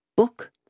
Book